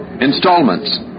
installments